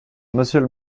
monsieur